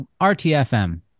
RTFM